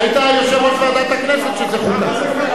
כי היית יושב-ראש ועדת הכנסת כשזה חוקק.